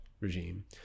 regime